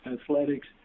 athletics